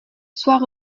soit